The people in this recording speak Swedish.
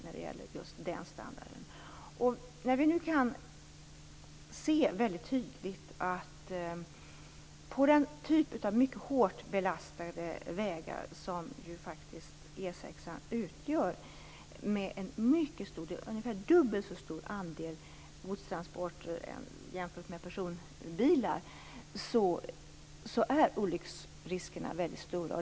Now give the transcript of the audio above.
På en sådan mycket hårt belastad väg som E 6:an utgör, med ungefär dubbelt så stor andel godstransporter som personbilar, är olycksriskerna väldigt stora.